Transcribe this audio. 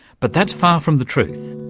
but that's far from the truth.